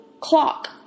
clock